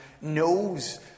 knows